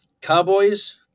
Cowboys